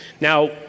Now